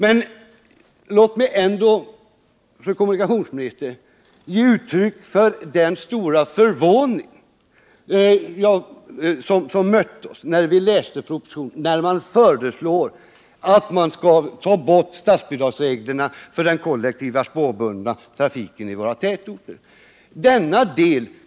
Men låt mig ändå, fru kommunikationsminister, uttrycka vår stora förvåning över regeringens förslag i propositionen att ta bort statsbidragsreglerna för den kollektiva spårbundna trafiken i våra tätorter.